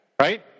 Right